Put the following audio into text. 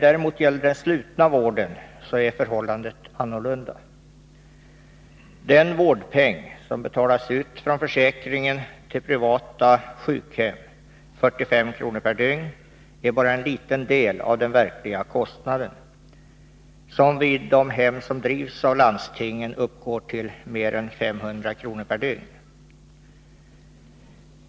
För den slutna vården är förhållandet däremot annorlunda. Den vårdpeng som betalas ut från försäkringen till privata sjukhem — 45 kr. per dygn — är bara en liten del av den verkliga kostnaden, som vid de hem som bedrivs av landstingen uppgår till mer än 500 kr. per dygn.